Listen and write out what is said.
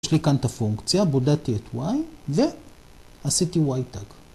יש לי כאן את הפונקציה, בודעתי את y, ועשיתי y-tag.